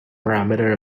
parameter